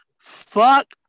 Fuck